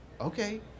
okay